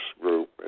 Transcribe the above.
group